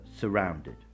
surrounded